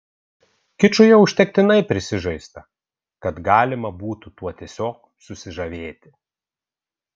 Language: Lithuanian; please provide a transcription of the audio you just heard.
kiču jau užtektinai prisižaista kad galima būtų tuo tiesiog susižavėti